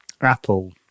Apple